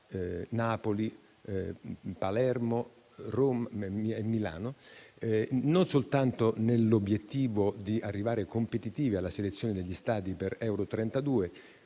Napoli, Palermo e Milano, non soltanto con l'obiettivo di arrivare competitivi alla selezione degli stadi per Euro 2032,